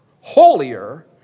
holier